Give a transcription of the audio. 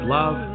love